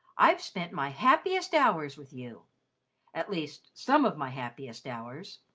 i've spent my happiest hours with you at least, some of my happiest hours.